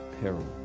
peril